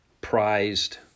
prized